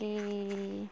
ᱠᱤᱻ